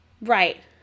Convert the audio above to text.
Right